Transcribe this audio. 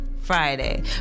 Friday